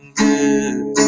good